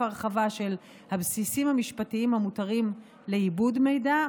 הרחבה של הבסיסים המשפטיים המותרים לעיבוד מידע,